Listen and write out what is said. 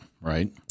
right